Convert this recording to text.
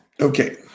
okay